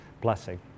blessing